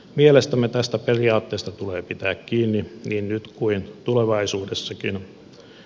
mielestämme tästä periaatteesta tulee pitää kiinni niin nyt kuin tulevaisuudessakin